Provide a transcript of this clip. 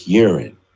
urine